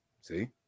See